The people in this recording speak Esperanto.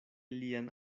lian